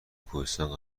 کوهستان